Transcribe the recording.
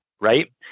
right